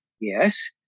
yes